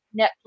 Netflix